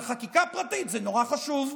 אבל חקיקה פרטית זה נורא חשוב.